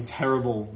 terrible